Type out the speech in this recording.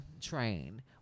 train